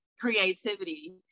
creativity